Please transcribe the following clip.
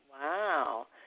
Wow